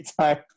time